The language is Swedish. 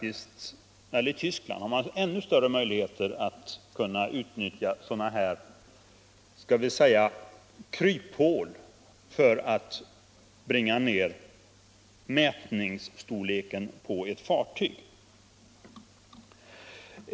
I Tyskland har man ännu större möjligheter att utnyttja sådana här kryphål för att bringa ned mätningsstorleken på ett fartyg.